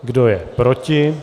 Kdo je proti?